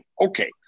Okay